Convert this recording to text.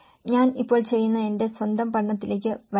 ഞാൻ ഇപ്പോൾ ചെയ്യുന്ന എന്റെ സ്വന്തം പഠനത്തിലേക്ക് വരാം